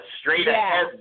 straight-ahead